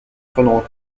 prenant